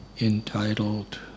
entitled